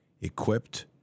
equipped